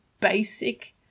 basic